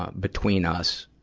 ah between us,